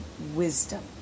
Wisdom